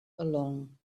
along